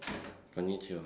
konnichiwa